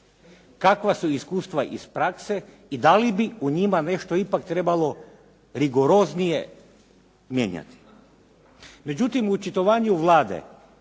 kakva su iskustva iz prakse i da li bi u njima ipak nešto trebalo rigoroznije mijenjati? Međutim, u očitovanju Vlade